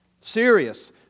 Serious